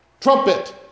trumpet